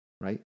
right